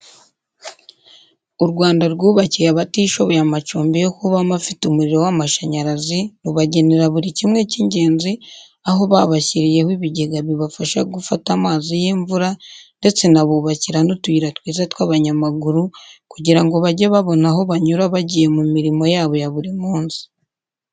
U Rwanda rwubakiye abatishoboye amacumbi yo kubamo afite umuriro w'amashanyarazi rubagenera buri kimwe cy'ingenzi, aho babashyiriyeho ibigega bibafasha gufata amazi y'imvura ndetse inabubakira n'utuyira twiza tw'abanyamaguru kugira ngo bajye babona aho banyura bagiye mu mirimo yabo ya buri munsi.